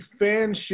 fanship